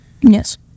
Yes